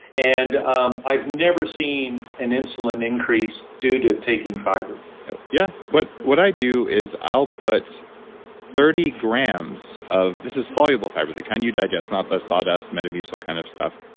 and um i've never seen an insulin increase due to taking fiber yeah. what what i do is i'll put thirty grams of, this is soluble fiber, the kind you digest, not the sawdust, metamucil kind of stuff.